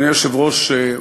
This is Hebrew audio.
אדוני היושב-ראש,